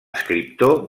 escriptor